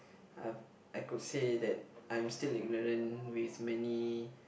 uh I could say that I'm still ignorant with many